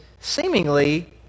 seemingly